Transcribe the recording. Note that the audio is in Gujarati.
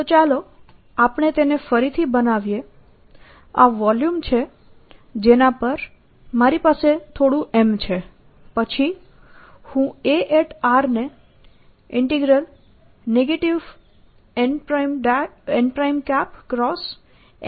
તો ચાલો આપણે તેને ફરીથી બનાવીએ આ વોલ્યુમ છે જેના પર મારી પાસે થોડું M છે પછી હું A ને n×Mr|r r|dSMr|r r|dV લખી શકું